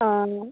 ആ